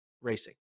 racing